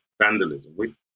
vandalism